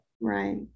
Right